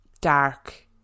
dark